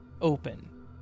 open